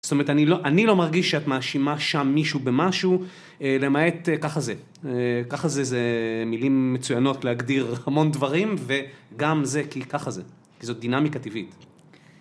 זאת אומרת, אני לא מרגיש שאת מאשימה שם מישהו במשהו, אלא למעט ככה זה. ככה זה, זה מילים מצוינות להגדיר המון דברים, וגם זה, כי ככה זה. כי זאת דינמיקה טבעית.